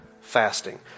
fasting